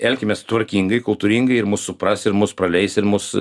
elkimės tvarkingai kultūringai ir mus supras ir mus praleis ir mus